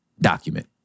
document